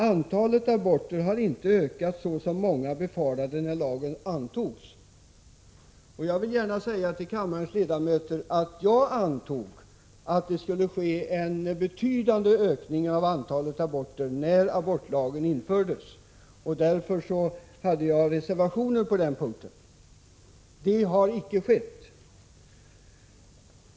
Antalet aborter har inte ökat såsom många befarade när lagen antogs.” Jag vill gärna säga till kammarens ledamöter att jag antog att antalet aborter skulle öka betydligt när abortlagen infördes, och jag reserverade mig därför på den punkten. Så har emellertid icke skett.